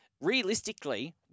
realistically